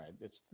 right